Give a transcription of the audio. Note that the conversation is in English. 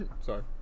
sorry